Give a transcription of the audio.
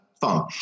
fun